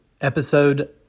episode